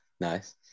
Nice